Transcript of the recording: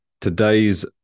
Today's